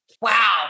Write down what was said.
Wow